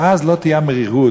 ואז לא תהיה המרירות.